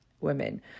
women